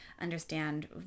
understand